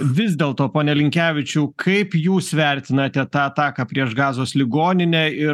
vis dėl to pone linkevičiau kaip jūs vertinate tą ataką prieš gazos ligoninę ir